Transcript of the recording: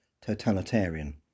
totalitarian